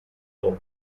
hope